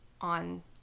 on